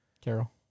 Carol